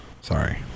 Sorry